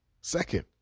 Second